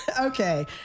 Okay